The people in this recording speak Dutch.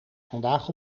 vandaag